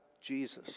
Jesus